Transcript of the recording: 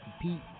compete